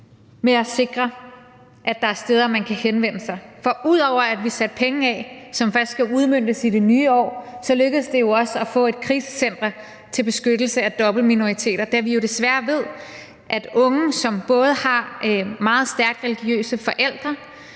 med at sikre, at der er steder, man kan henvende sig. For ud over at vi satte penge af, som først skal udmøntes i det nye år, lykkedes det jo også at få et krisecenter til beskyttelse af dobbeltminoriteter, da vi jo desværre ved, at unge, som både har meget stærkt religiøse forældre,